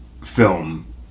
film